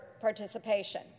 participation